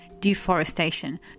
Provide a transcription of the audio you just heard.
deforestation